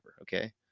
okay